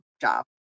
job